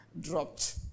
dropped